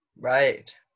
Right